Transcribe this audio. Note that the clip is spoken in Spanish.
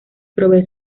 provee